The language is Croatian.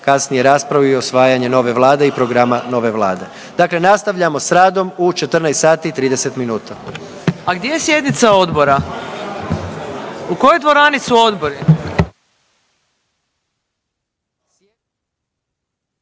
kasnije raspravu i usvajanje nove vlade i programa nove vlade. Dakle, nastavljamo s radom u 14 i 30 minuta. …/Upadica: A gdje je sjednica odbora? U kojoj dvorani su odbori?/…